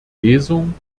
lesung